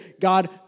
God